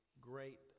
great